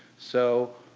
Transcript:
so